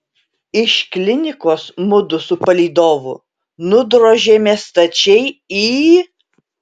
iš klinikos mudu su palydovu nudrožėme stačiai į